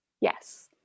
Yes